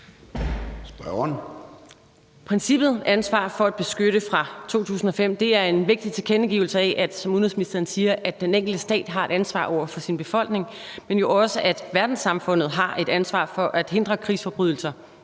Princippet om ansvar for at beskytte fra 2005 er en vigtig tilkendegivelse af – som udenrigsministeren siger – at den enkelte stat har et ansvar over for sin befolkning, men også at verdenssamfundet har et ansvar for at hindre krigsforbrydelser,